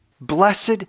Blessed